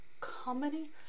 comedy